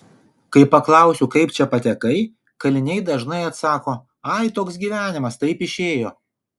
kai paklausiu kaip čia patekai kaliniai dažnai atsako ai toks gyvenimas taip išėjo